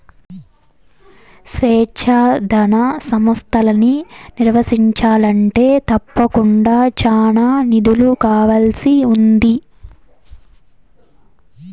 స్వచ్ఛంద సంస్తలని నిర్వహించాలంటే తప్పకుండా చానా నిధులు కావాల్సి ఉంటాది